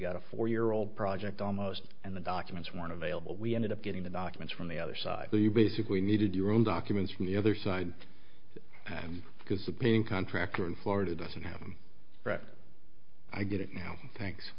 got a four year old project almost and the documents were unavailable we ended up getting the documents from the other side so you basically needed your own documents from the other side and because the paying contractor in florida doesn't have them i get it now thanks